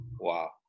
wow